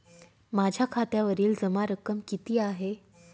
माझ्या खात्यावरील जमा रक्कम किती आहे?